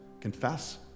Confess